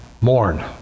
mourn